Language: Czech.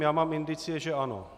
Já mám indicie, že ano.